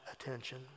attention